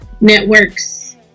networks